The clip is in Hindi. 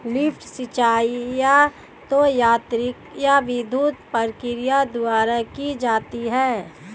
लिफ्ट सिंचाई या तो यांत्रिक या विद्युत प्रक्रिया द्वारा की जाती है